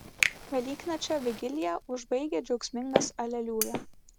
velyknakčio vigiliją užbaigia džiaugsmingas aleliuja